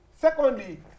Secondly